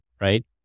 right